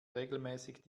regelmäßig